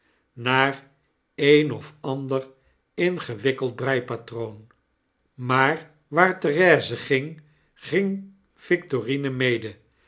naar een of ander ingewikkeld breipatroon maar waar therese ging ging victorine mede